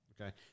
Okay